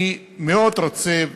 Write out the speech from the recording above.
אני מאוד רוצה,